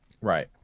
Right